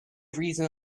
reason